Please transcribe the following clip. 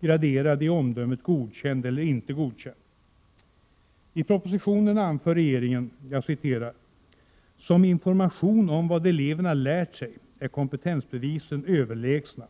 graderade i omdömena godkänd eller inte godkänd. I propositionen anför regeringen: ”Som information om vad eleverna lärt sig och kan är kompetensbevisen överlägsna.